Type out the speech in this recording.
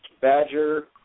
Badger